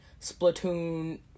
Splatoon